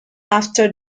after